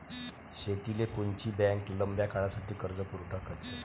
शेतीले कोनची बँक लंब्या काळासाठी कर्जपुरवठा करते?